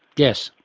yes,